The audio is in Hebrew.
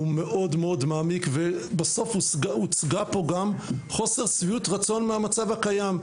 הוא מאוד מאוד מעמיק ובסוף הוצגה פה גם חוסר שביעות רצון מהמצב הקיים,